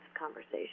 conversation